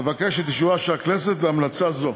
אבקש את אישורה של הכנסת להמלצה זו.